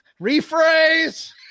Rephrase